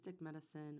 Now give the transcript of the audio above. medicine